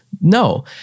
No